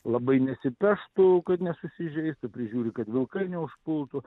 labai nesipeštų kad nesusižeistų prižiūri kad vilkai neužpultų